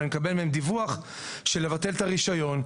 אבל אני מקבל מהם דיווח של לבטל את הרישיון.